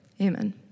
Amen